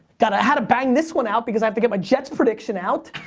gotta have to bang this one out because i have to get my jets prediction out,